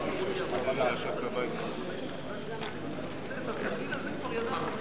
הצעת סיעות חד"ש רע"ם-תע"ל בל"ד להביע אי-אמון